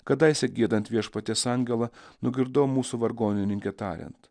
kadaise giedant viešpaties angelą nugirdau mūsų vargonininkę tariant